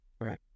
right